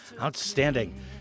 Outstanding